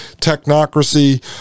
technocracy